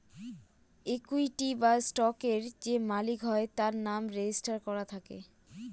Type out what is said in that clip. equity বা স্টকের যে মালিক হয় তার নাম রেজিস্টার করা থাকে